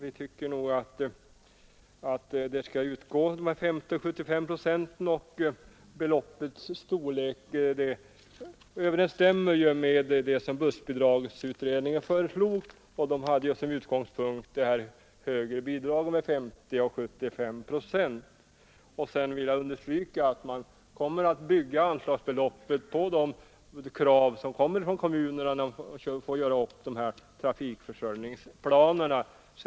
Vi tycker nog att dessa 50-75 procent skall utgå. Beloppets storlek överensstämmer med det bussbolagutredningen föreslog. Där hade man som utgångspunkt det här högre bidraget med 50 och 75 procent. Sedan vill jag understryka att man kommer att bygga anslagsbeloppen på de krav som kommer från kommunerna när man får göra upp de här trafikförsörjningsplanerna.